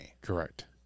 Correct